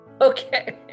Okay